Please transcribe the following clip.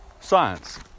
Science